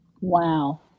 Wow